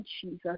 Jesus